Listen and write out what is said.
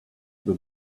the